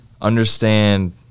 understand